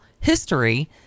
history